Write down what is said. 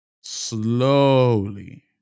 Slowly